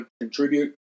contribute